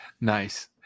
Nice